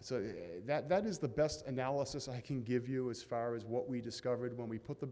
so that is the best analysis i can give you as far as what we discovered when we put the